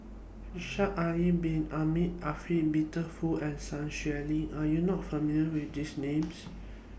Shaikh Yahya Bin Ahmed Afifi Peter Fu and Sun Xueling Are YOU not familiar with These Names